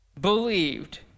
believed